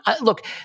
Look